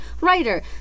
writer